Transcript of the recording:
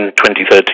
2013